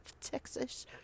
Texas